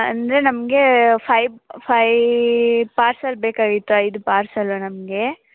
ಅಂದರೆ ನಮಗೆ ಫೈವ್ ಫೈಯ್ ಪಾರ್ಸೆಲ್ ಬೇಕಾಗಿತ್ತು ಐದು ಪಾರ್ಸಲು ನಮಗೆ